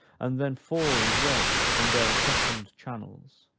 and then fall and run in their accustomed channels,